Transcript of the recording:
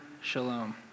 Shalom